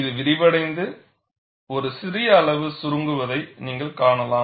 இது விரிவடைந்து ஒரு சிறிய அளவு சுருங்குவதை நீங்கள் காணலாம்